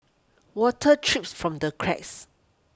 water trips from the cracks